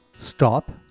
Stop